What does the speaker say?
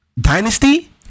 Dynasty